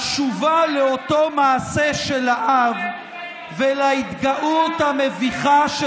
התשובה לאותו מעשה של האב ולהתגאות המביכה של